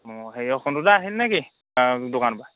অঁ হেৰিয়ৰ সোনটো দা আহিল নেকি দোকানৰপৰা